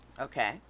Okay